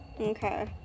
Okay